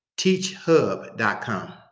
teachhub.com